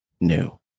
new